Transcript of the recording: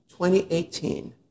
2018